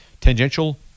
tangential